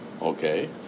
okay